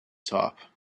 top